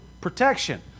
protection